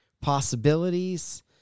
possibilities